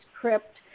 crypt